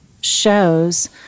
shows